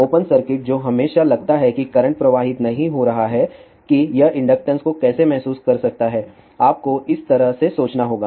open circuit जो आपको हमेशा लगता है कि करंट प्रवाहित नहीं हो रहा है कि यह इंडक्टेंस को कैसे महसूस कर सकता है आपको इस तरह से सोचना होगा